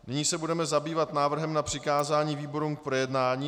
Nyní se budeme zabývat návrhem na přikázání výborům k projednání.